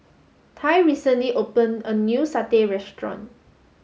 Tai recently opened a new Satay Restaurant